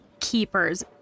Keepers